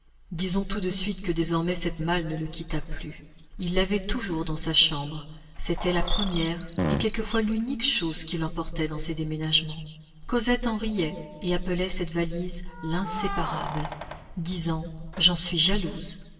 disons tout de suite que désormais cette malle ne le quitta plus il l'avait toujours dans sa chambre c'était la première et quelquefois l'unique chose qu'il emportait dans ses déménagements cosette en riait et appelait cette valise l'inséparable disant j'en suis jalouse